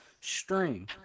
stream